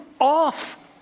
off